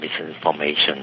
misinformation